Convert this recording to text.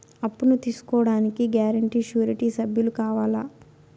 అప్పును తీసుకోడానికి guarantee, surety సభ్యులు కావాలా?